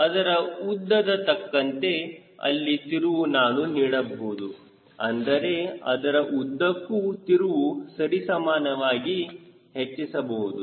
ಅದರ ಉದ್ದದ ತಕ್ಕಂತೆ ಅಲ್ಲಿ ತಿರುವು ನಾನು ನೀಡಬಹುದು ಅಂದರೆ ಅದರ ಉದ್ದಕ್ಕೂ ತಿರುವು ಸರಿಸಮಾನವಾಗಿ ಹೆಚ್ಚಿಸಬಹುದು